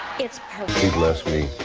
it's perfect! people ask me